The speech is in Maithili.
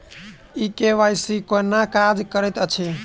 ई के.वाई.सी केना काज करैत अछि?